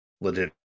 Legit